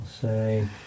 say